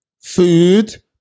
food